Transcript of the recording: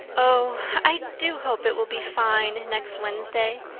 oh, i do hope it will be fine next wednesday.